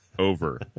Over